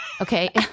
okay